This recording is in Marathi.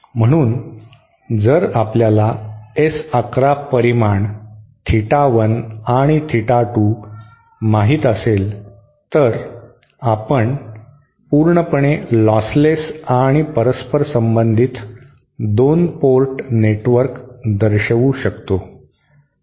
म्हणून जर आपल्याला S 1 1 परिमाण थेटा 1 आणि थेटा 2 माहित असेल तर आपण पूर्णपणे लॉसलेस आणि परस्परसंबंधित 2 पोर्ट नेटवर्क दर्शवू शकतो